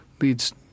leads